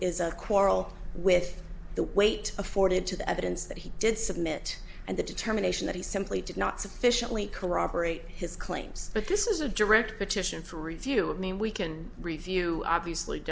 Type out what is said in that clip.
is a quarrel with the weight afforded to the evidence that he did submit and the determination that he simply did not sufficiently corroborate his claims but this is a direct petition for review i mean we can review obviously